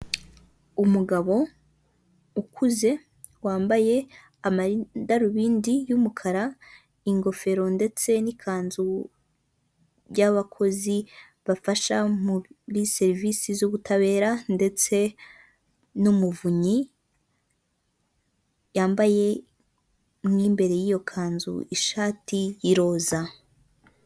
Umugabo ukuze wambaye amadarubindi y'umukara ingofero ndetse nikanzu y'abakozi bafasha muri serivisi z'ubutabera ndetse n'umuvunyi yambayeye mo imbere y'iyo kanzu ishati y'iroza.